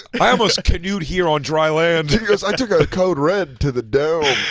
i almost canoed here on dry land. because i took a code red to the dome.